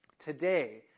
Today